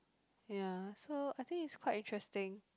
ya so I think is quite interesting